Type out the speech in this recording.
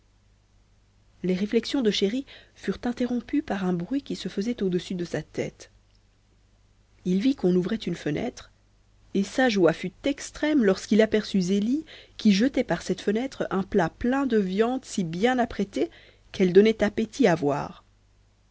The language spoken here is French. les réflexions de chéri furent interrompues par un bruit qui se faisait au-dessus de sa tête il vit qu'on ouvrait une fenêtre et sa joie fut extrême lorsqu'il aperçut zélie qui jetait par cette fenêtre un plat plein de viandes si bien apprêtées qu'elles donnaient appétit à voir